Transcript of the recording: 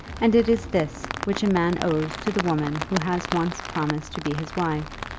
and it is this which a man owes to the woman who has once promised to be his wife,